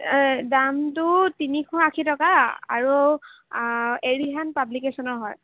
দামটো তিনিশ আশী টকা আৰু এৰিহাণ্ট পাব্লিকেশ্যনৰ হয়